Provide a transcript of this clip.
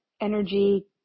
energy